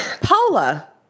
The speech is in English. Paula